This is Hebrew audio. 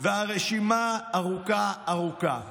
והרשימה ארוכה ארוכה.